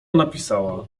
napisała